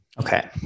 Okay